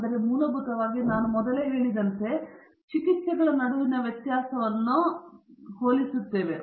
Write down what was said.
ಆದ್ದರಿಂದ ಮೂಲಭೂತವಾಗಿ ಮೊದಲೇ ನಾನು ಹೇಳಿದಂತೆ ನಾವು ಚಿಕಿತ್ಸೆಗಳ ನಡುವಿನ ವ್ಯತ್ಯಾಸವನ್ನು ಚಿಕಿತ್ಸೆಗಳ ನಡುವಿನ ವ್ಯತ್ಯಾಸವನ್ನು ಹೋಲಿಸುತ್ತೇವೆ